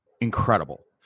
incredible